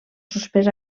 suspès